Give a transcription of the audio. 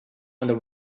under